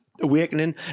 awakening